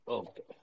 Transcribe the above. okay